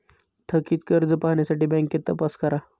थकित कर्ज पाहण्यासाठी बँकेत तपास करा